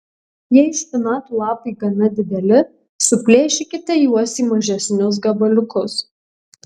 jei špinatų lapai gana dideli suplėšykite juos į mažesnius gabaliukus